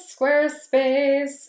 Squarespace